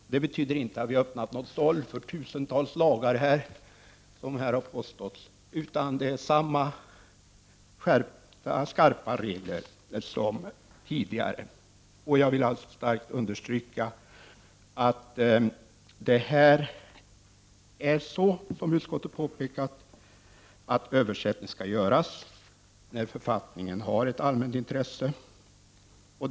Det betyder inte att vi öppnar något såll för tusen tals lagar, som här har påståtts. Det är samma skarpa regler som tidigare. Jag vill starkt understryka, såsom utskottet har påpekat, att översättning skall göras när författningen har ett allmänt intresse.